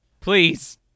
Please